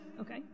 Okay